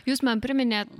jūs man priminėt